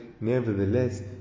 Nevertheless